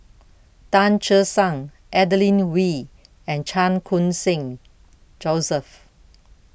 Tan Che Sang Adeline Ooi and Chan Khun Sing Joseph